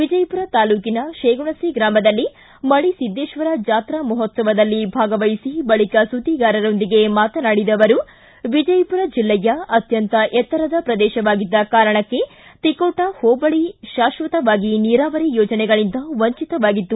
ವಿಜಯಪುರ ತಾಲ್ಲೂಕಿನ ಶೇಗುಣಸಿ ಗ್ರಾಮದಲ್ಲಿ ಮಳಿಸಿದ್ದೇಶ್ವರ ಜಾತ್ರಾ ಮಹೋತ್ಸವದಲ್ಲಿ ಭಾಗವಹಿಸಿ ಬಳಿಕ ಸುದ್ದಿಗಾರರೊಂದಿಗೆ ಮಾತನಾಡಿದ ಅವರು ವಿಜಯಪುರ ಜಿಲ್ಲೆಯ ಅತ್ಯಂತ ಎತ್ತರದ ಪ್ರದೇಶವಾಗಿದ್ದ ಕಾರಣಕ್ಕೆ ತಿಕೋಟಾ ಹೋಬಳಿ ಶಾಕ್ವತವಾಗಿ ನೀರಾವರಿ ಯೋಜನೆಗಳಿಂದ ವಂಚಿತವಾಗಿತ್ತು